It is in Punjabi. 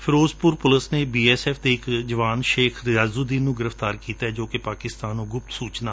ਫਿਰੋਜ਼ਪੁਰ ਪੁਲਿਸ ਨੇ ਬੀ ਐਸ ਐਫ਼ ਦੇ ਇਕ ਜਵਾਨ ਸ਼ੇਖ ਰਿਆਜੁਦੀਨ ਨੂੰ ਗ੍ਰਿਫ਼ਤਾਰ ਕੀਤਾ ਏ ਜੋ ਪਾਕਿਸਤਾਨ ਨੁੰ ਗੁਪਤ ਸੁਚਨਾ ਦਿੰਦਾ ਸੀ